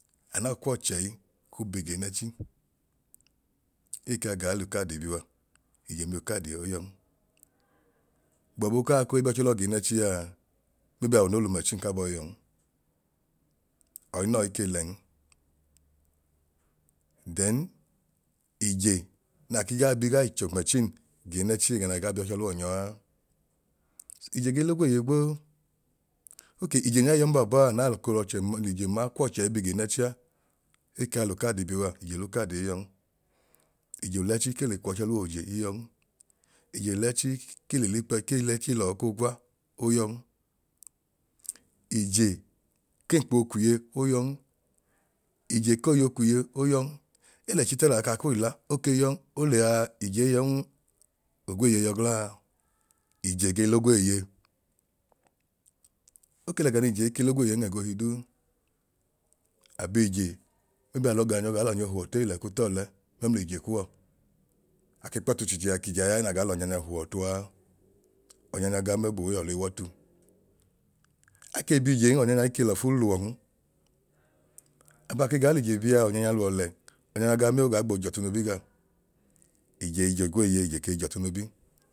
Anaa kwọchẹi kwu bi giinẹchi ekaa gaa l'ucardi biwa, ije o miu cardi o yọn. Gbọbu kaa koi biyọchọluwọ giinẹchiaa maybe awọ noo l'umachin ka bọhiyọn ọyinọọ ke lẹn then ije naa ke gaa bi gaa chumachin giinẹchi ẹga naa gaa biyọchọluwọ nyọ a. Ije ge l'ogweeye gboo okee ije nyai yọn baabaa anaa koo lọchẹ maa l'ije ma kw'ọchẹ be giinẹchi a ekaa l'cardi bi wa ijo l'ucardi iyọn, ijo lẹchi kee le kwọchọ luwọ oje oyọn ijoi lẹchi ke le likpẹ kee lẹchi lọọ koo gwa oyọn, t'ije kenkpọ okwiye oyọn ije k'oyi okwiye oyan, elẹchi ta laa kaa koi la oke yọn oliyaa ijei yọn ogweeye yọ glaaa? Ije ge l'ogweeye oke lẹga n'ije ike l'ogweeyen ẹgohi duu, abiije maybe alọ gaa anyọ gaa l'ọnya ohuọ ọtu ei lẹ ku tọọlẹ mẹmlije kuwọ, ake kpọtu chijea kije a yaẹ naa nyọ gaa l'ọnya nyaa huọ ọtu a, ọnya nya ga mẹa ogboo yuwọ ẹliiw'ọtu. Akee biijen ọnya nya ike lọfu luwọn abaa ke gaa l'ije biaa ọnya nya luwọ lẹ, ọnya nya ga mẹaa ogaa gboo j'ọtu nobi gaa. Ije ijogweeye ije kei j'ọtu nobi